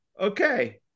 okay